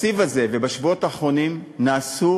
בתקציב הזה ובשבועות האחרונים נעשו